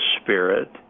spirit